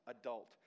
adult